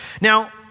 Now